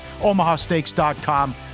OmahaSteaks.com